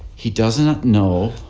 he does not know